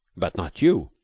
but not you.